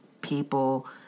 people